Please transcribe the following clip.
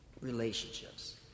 relationships